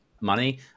money